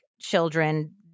children